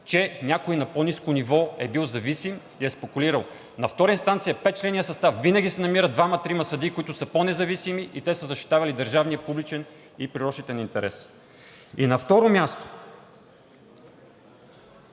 че някой на по-ниско ниво е бил зависим и е спекулирал. На втора инстанция в петчленния състав винаги се намират двама-трима съдии, които са по-независими и са защитавали държавния публичен и природозащитен интерес. На второ място,